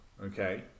okay